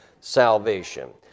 salvation